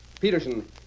Peterson